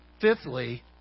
Fifthly